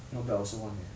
not bad I also want leh